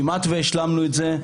כמעט והשלמנו את זה,